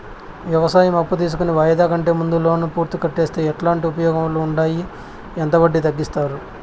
వ్యవసాయం అప్పు తీసుకొని వాయిదా కంటే ముందే లోను పూర్తిగా కట్టేస్తే ఎట్లాంటి ఉపయోగాలు ఉండాయి? ఎంత వడ్డీ తగ్గిస్తారు?